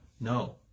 No